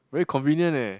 very convenient eh